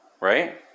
right